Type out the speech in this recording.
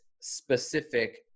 specific